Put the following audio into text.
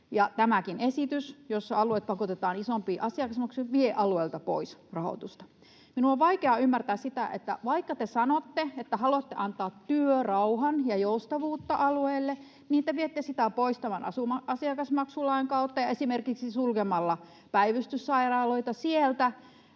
tämäkin esitys, jossa alueet pakotetaan isompiin asiakasmaksuihin, vie alueilta pois rahoitusta. Minun on vaikea ymmärtää sitä, että vaikka te sanotte, että haluatte antaa työrauhan ja joustavuutta alueille, niin te viette sitä pois tämän asiakasmaksulain kautta, esimerkiksi sulkemalla päivystyssairaaloita sieltä,